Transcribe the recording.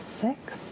six